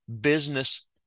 Business